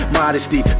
modesty